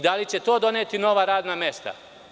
Da li će to doneti nova radna mesta?